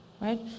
Right